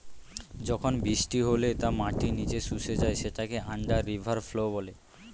যখন বৃষ্টি হলে তা মাটির নিচে শুষে যায় সেটাকে আন্ডার রিভার ফ্লো বলে